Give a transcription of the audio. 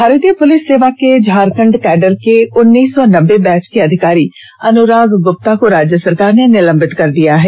भारतीय पुलिस सेवा के झारखंड कैडर के उन्नीस सौ नब्बे बैच के अधिकारी अनुराग गुप्ता को राज्य सरकार ने निलंबित कर दिया है